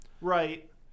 Right